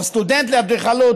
או לסטודנט לאדריכלות,